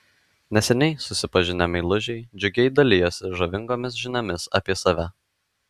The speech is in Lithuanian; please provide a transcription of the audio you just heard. neseniai susipažinę meilužiai džiugiai dalijosi žavingomis žiniomis apie save